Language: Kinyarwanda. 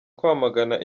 kwamagana